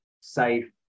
safe